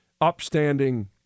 upstanding